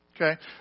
okay